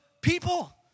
people